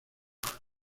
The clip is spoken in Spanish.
ama